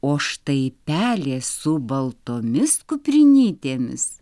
o štai pelės su baltomis kuprinytėmis